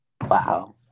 wow